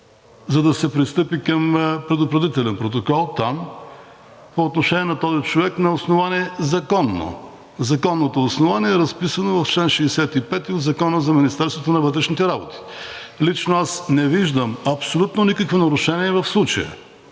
за да се пристъпи към предупредителен протокол там по отношение на този човек на основание – законно. Законното основание е разписано в чл. 65 от Закона за Министерството на вътрешните работи. Лично аз не виждам абсолютно никакво нарушение в случая.